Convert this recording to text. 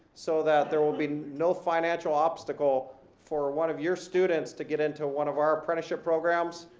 so that there will be no financial obstacle for one of your students to get into one of our apprenticeship programs.